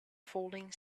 falling